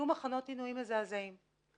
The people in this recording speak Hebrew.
מחנות עינויים מזעזעים.